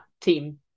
team